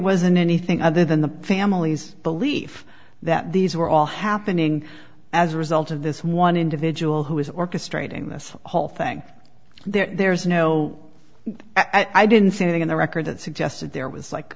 wasn't anything other than the family's belief that these were all happening as a result of this one individual who is orchestrating this whole thing there's no i didn't see anything in the record that suggested there was like